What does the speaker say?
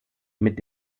mit